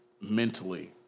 mentally